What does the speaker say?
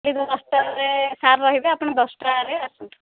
ଦିନ ଦଶଟା ବେଳେ ସାର୍ ରହିବେ ଆପଣ ଦଶଟାରେ ଆସନ୍ତୁ